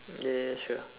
ya ya ya sure